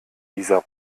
dieser